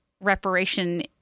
reparation